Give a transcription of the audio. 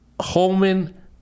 Holman